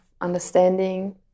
understanding